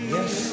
Yes